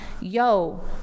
yo